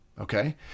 Okay